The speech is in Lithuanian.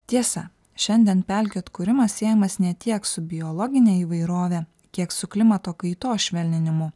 tiesa šiandien pelkių atkūrimas siejamas ne tiek su biologine įvairove kiek su klimato kaitos švelninimo